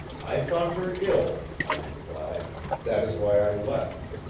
i thought her ill, i replied that is why i left.